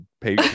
pay